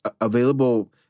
available